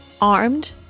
armed